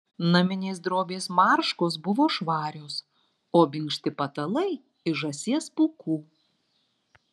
naminės drobės marškos buvo švarios o minkšti patalai iš žąsies pūkų